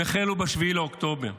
הם החלו ב-7 באוקטובר.